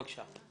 בבקשה.